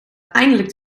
eindelijk